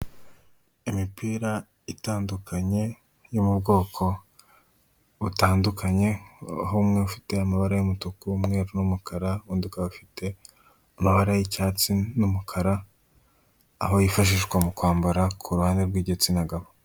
Imipira itandukanye yo mu bwoko butandukanye, aho umwe ufite amabara y'umutuku, umweru n'umukara, undi ukaba ufite amabara y'icyatsi n'umukara aho yifashishwa mu kwambara ku ruhande rw'igitsina gabo.